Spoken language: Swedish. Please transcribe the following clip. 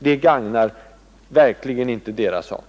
Det gagnar verkligen inte deras sak.